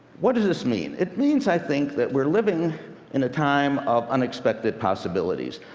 what does this mean? it means, i think, that we're living in a time of unexpected possibilities.